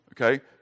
okay